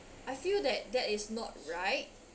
I feel that that is not right